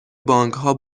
بانکها